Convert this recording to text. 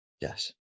Yes